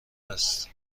است